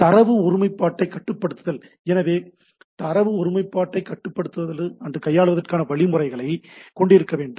தரவு ஒருமைப்பாட்டைக் கட்டுப்படுத்துதல் எனவே தரவு ஒருமைப்பாட்டைக் கையாள்வதற்கான வழிமுறைகளை கொண்டிருக்க வேண்டும்